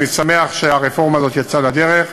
אני שמח שהרפורמה הזאת יצאה לדרך,